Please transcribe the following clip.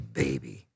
baby